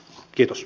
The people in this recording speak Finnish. kiitos